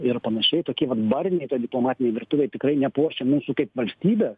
ir panašiai tokie vat barniai diplomatinėj virtuvėj tikrai nepuošia mūsų kaip valstybė